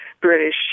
British